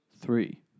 three